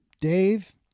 Dave